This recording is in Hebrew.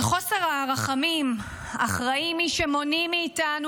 על חוסר הרחמים אחראים מי שמונעים מאיתנו